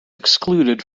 excluded